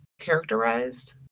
characterized